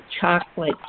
chocolate